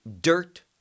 dirt